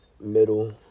middle